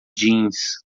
jeans